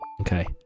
Okay